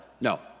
No